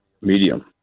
medium